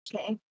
okay